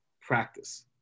practice